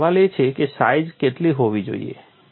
હવે સવાલ એ છે કે સાઈઝ કેટલી હોવી જોઈએ